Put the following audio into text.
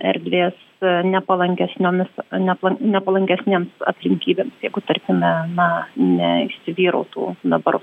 erdvės nepalankesnėmis nepla nepalankesnėms aplinkybėms jeigu tarkime na neįsivyrautų dabar